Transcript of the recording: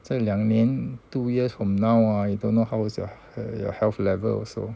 这两年 two years from now I don't know how is your your health level also